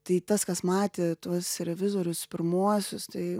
tai tas kas matė tuos revizorius pirmuosius tai